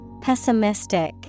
Pessimistic